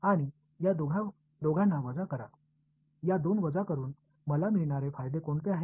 आणि या दोघांना वजा करा या दोन वजा करुन मला मिळणारे फायदे कोणते आहेत